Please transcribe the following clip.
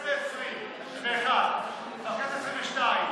בכנסת העשרים-ואחת, בכנסת העשרים-ושתיים,